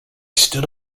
stood